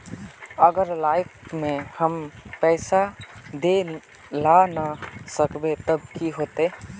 अगर लाइफ में हैम पैसा दे ला ना सकबे तब की होते?